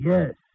Yes